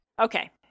Okay